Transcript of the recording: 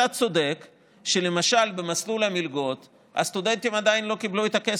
אתה צודק שלמשל במסלול המלגות הסטודנטים עדיין לא קיבלו את הכסף.